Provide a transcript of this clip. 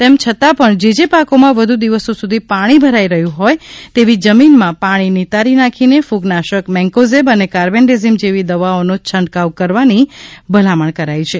તેમ છતાં પણ જે જે પાકોમાં વધુ દિવસો સુધી પાણી ભરાઈ રહ્યું હોય તેવી જમીનમાં પાણી નિતારી નાખીને ક્રગનાશક મેન્કોઝેબ અને કાર્બેન્ડેઝીમ જેવી દવાઓનો છંટકાવ કરવા ભલામણ કરાઈ છે